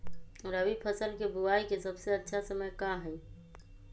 रबी फसल के बुआई के सबसे अच्छा समय का हई?